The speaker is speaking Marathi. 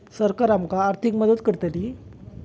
सरकार आमका आर्थिक मदत करतली?